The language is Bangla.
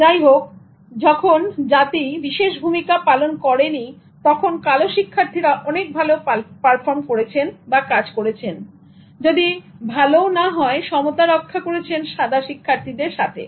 যাই হোক যখন জাতি বিশেষ ভূমিকা পালন করে নি তখন কালো শিক্ষার্থীরা অনেক ভালো পারফর্ম বা কাজ করেছেন যদি ভালোও না হয় সমতা রক্ষা করেছেন সাদা শিক্ষার্থীদের সাথে